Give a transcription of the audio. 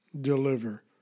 deliver